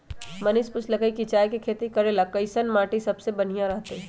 मनीष पूछलकई कि चाय के खेती करे ला कईसन माटी सबसे बनिहा रहतई